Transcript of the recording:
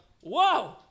whoa